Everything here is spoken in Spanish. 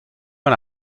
una